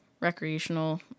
recreational